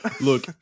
Look